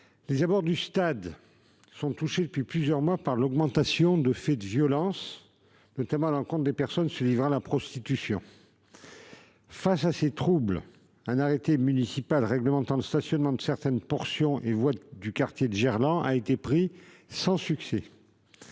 Les abords du stade sont touchés, depuis plusieurs mois, par l'augmentation des faits de violences, notamment à l'encontre des personnes se livrant à la prostitution. Face à ces troubles, un arrêté municipal réglementant le stationnement sur certaines portions et voies du quartier de Gerland a été pris, sans succès.